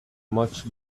much